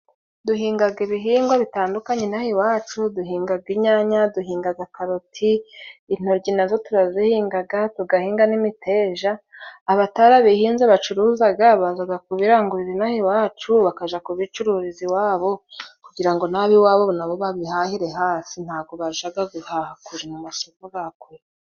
Duhingaga ibihingwa bitandukanye ino aha iwacu. Duhingaga inyanya, duhingaga karoti, intoryi nazo turazihingaga tugahinga n'imiteja. Abatarabihinze bacuruzaga bazaga kubirangurira ino aha iwacu, bakaja kubicururiza iwabo kugira ngo nab' iwabo nabo babihahire hafi, ntago bajaga guhahira kure mu masoko ga kure.